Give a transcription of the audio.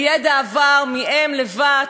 הידע עבר מאם לבת,